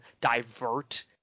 divert